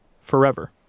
Forever